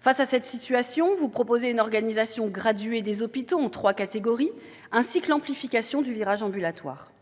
Face à cette situation, le Gouvernement propose une organisation graduée des hôpitaux en trois catégories, ainsi que l'amplification du virage ambulatoire.